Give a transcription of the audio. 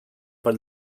per